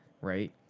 right